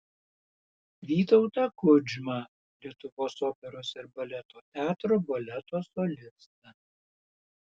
vytautą kudžmą lietuvos operos ir baleto teatro baleto solistą